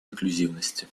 инклюзивности